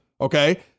Okay